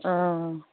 অঁ